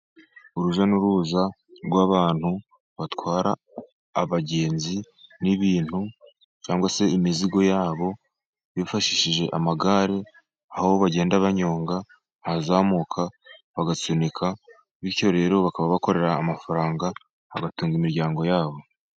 Urujya n'uruza rw'abantu, batwara abagenzi, n'ibintu, cyangwa se imizigo yabo, bifashishije amagare, aho bagenda banyonga, ahazamuka, bagasunika, bityo rero bakaba bakorera amafaranga, bagatunga imiryango yabo.